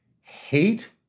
hate